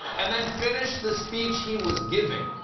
and then finished the speech he was giving.